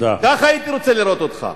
כך הייתי רוצה לראות אותך.